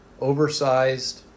oversized